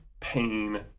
pain